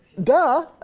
duh